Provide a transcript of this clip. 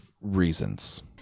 reasons